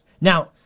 Now